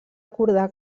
acordar